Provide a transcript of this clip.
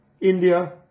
India